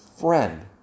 friend